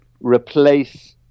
replace